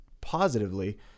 positively